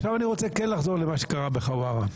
אני כן רוצה לחזור מה שקרה בחווארה.